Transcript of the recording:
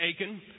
aiken